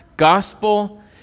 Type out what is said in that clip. gospel